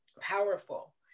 powerful